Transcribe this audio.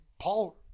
Paul